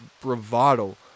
bravado